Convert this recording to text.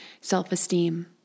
self-esteem